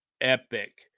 epic